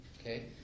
okay